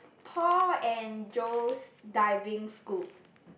Paul and Joe's Diving School